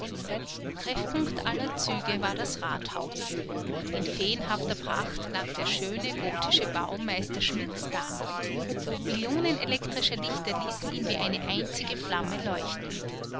treffpunkt aller züge war das rathaus in feenhafter pracht lag der schöne gotische bau meister schmidts da millionen elektrischer lichter ließen ihn wie eine einzige flamme leuchten